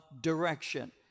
direction